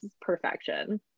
perfection